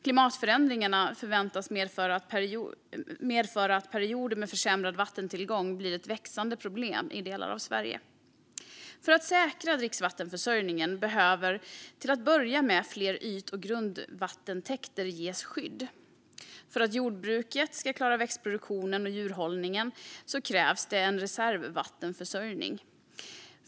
Klimatförändringarna förväntas medföra att perioder med försämrad vattentillgång blir ett växande problem i delar av Sverige. För att säkra dricksvattenförsörjningen behöver till att börja med fler yt och grundvattentäkter ges skydd. För att jordbruket ska klara växtproduktionen och djurhållningen krävs en reservvattenförsörjning.